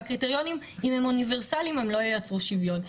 והקריטריונים אם הם אוניברסליים הם לא ייצרו שוויון.